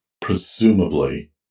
Presumably